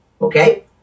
okay